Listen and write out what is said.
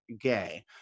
gay